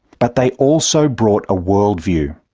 but they also brought a world-view.